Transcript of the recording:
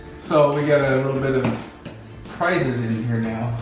so, we gotta little bit of prizes in here now.